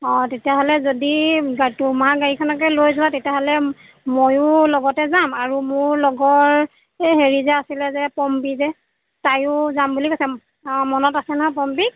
অঁ তেতিয়াহ'লে যদি তোমাৰ গাড়ীখনকে লৈ যোৱা তেতিয়াহ'লে ময়ো লগতে যাম আৰু মোৰ লগৰ এই হেৰি যে আছিলে যে পম্পী যে তায়ো যাম বুলি কৈছে অঁ মনত আছে নহয় পম্পীক